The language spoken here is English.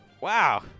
Wow